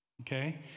okay